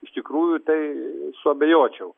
iš tikrųjų tai suabejočiau